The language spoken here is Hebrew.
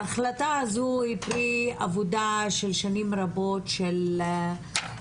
ההחלטה הזו היא פרי עבודה של שנים רבות של ארגוני